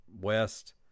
West